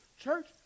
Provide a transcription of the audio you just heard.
Church